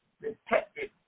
detective